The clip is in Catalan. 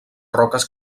roques